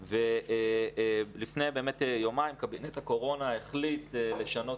לפני יומיים קבינט הקורונה החליט לשנות